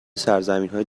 سرزمینای